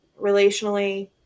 relationally